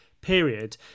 period